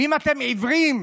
ואם אתם עיוורים,